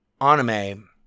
anime